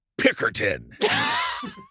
Pickerton